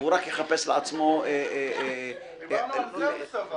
והוא רק יחפש לעצמו --- דיברנו על זאוס אבל.